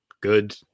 good